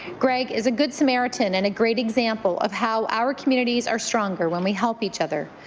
greg is a good samaritan and a great example of how our communities are stronger when we help each other.